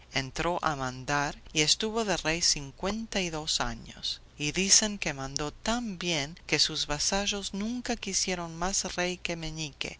entró a mandar y estuvo de rey cincuenta y dos años y dicen que mandó tan bien que sus vasallos nunca quisieron más rey que meñique